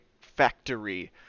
factory